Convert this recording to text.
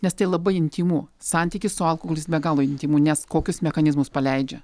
nes tai labai intymu santykis su alkoholiu jis be galo intymu nes kokius mechanizmus paleidžia